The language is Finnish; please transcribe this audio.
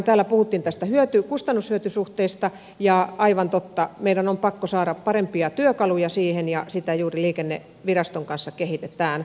täällä puhuttiin tästä kustannushyöty suhteesta ja aivan totta meidän on pakko saada parempia työkaluja siihen ja sitä juuri liikenneviraston kanssa kehitetään